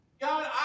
God